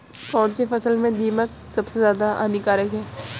कौनसी फसल में दीमक सबसे ज्यादा हानिकारक है?